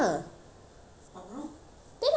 then I don't know why I get the resit exam